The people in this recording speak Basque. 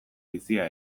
bizia